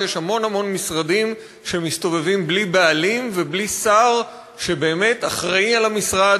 שיש המון המון משרדים שמסתובבים בלי בעלים ובלי שר שבאמת אחראי למשרד,